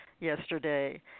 yesterday